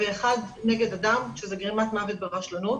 ואחד נגד אדם שזה גרימת מוות ברשלנות.